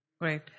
Great